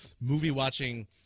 movie-watching